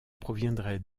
proviendrait